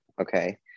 okay